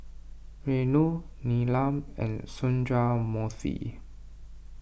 Renu Neelam and Sundramoorthy